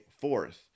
Fourth